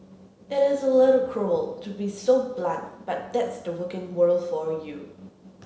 it is a little cruel to be so blunt but that's the working world for you